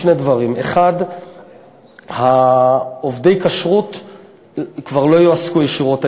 שני דברים: 1. עובדי כשרות כבר לא יועסקו ישירות,